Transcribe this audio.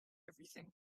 everything